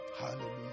hallelujah